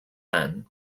then